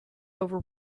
over